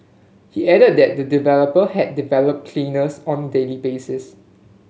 he added that the developer had deployed cleaners on a daily basis